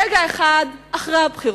רגע אחד אחרי הבחירות,